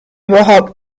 überhaupt